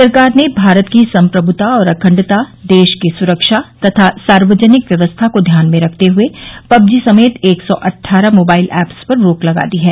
सरकार ने भारत की संप्रभुता और अखंडता देश की सुरक्षा तथा सार्वजनिक व्यवस्था को ध्यान में रखते हुए पबजी समेत एक सौ अट्ठारह मोबाइल एप्स पर रोक लगा दी है